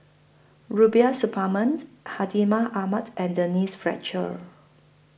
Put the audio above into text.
Rubiah Suparman Hartinah Ahmad and Denise Fletcher